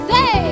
Say